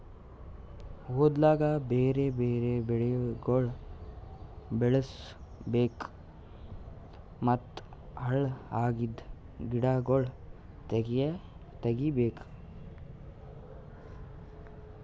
ಹೊಲ್ದಾಗ್ ಬ್ಯಾರೆ ಬ್ಯಾರೆ ಬೆಳಿಗೊಳ್ ಬೆಳುಸ್ ಬೇಕೂ ಮತ್ತ ಹಾಳ್ ಅಗಿದ್ ಗಿಡಗೊಳ್ ತೆಗಿಬೇಕು